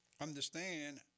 understand